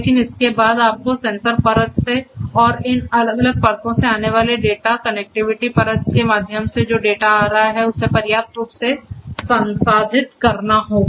लेकिन इसके बाद आपको सेंसर परत से और इन अलग अलग परतों से आने वाले डेटा कनेक्टिविटी परत के माध्यम से जो डेटा आ रहे हैं उसे पर्याप्त रूप से संसाधित करना होगा